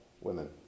women